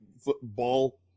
football